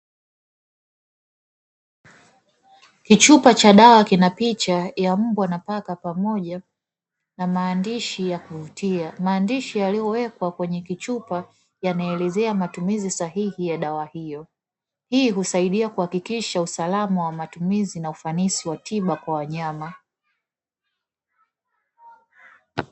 Kichupa cha dawa kinapicha ya mbwa na paka pamoja na maandishi ya kuvutia, maandishi yaliyowekwa kwenye kichupa yanaeleza matumizi sahihi ya dawa hiyo, hii husaidia kuhakikisha usalama wa matumizi na ufanisi wa tiba kwa wanyama.